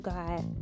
God